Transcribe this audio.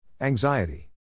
Anxiety